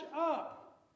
up